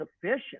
sufficient